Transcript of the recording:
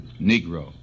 Negro